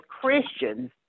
Christians